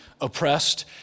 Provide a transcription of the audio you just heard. oppressed